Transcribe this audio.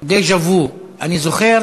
דז'ה-וו, אני זוכר